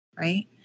right